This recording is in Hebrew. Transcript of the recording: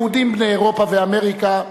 יהודים בני אירופה ואמריקה,